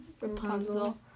Rapunzel